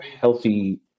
healthy